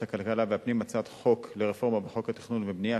הכלכלה ולוועדת הפנים הצעת חוק לרפורמה בחוק התכנון והבנייה,